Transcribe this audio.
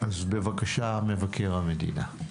אז בבקשה, מבקר המדינה.